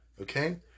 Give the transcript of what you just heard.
Okay